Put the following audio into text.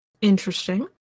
Interesting